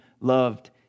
loved